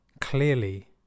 clearly